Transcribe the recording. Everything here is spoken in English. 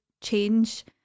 change